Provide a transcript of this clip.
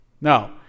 no